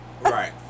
Right